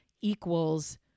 equals